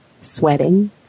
sweating